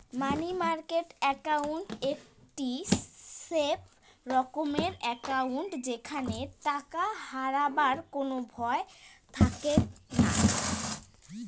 মানি market account একটি safe রকমের account যেইখানে টাকা হারাবার কোনো ভয় থাকেঙ নাই